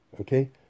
Okay